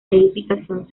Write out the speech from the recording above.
edificación